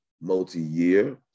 multi-year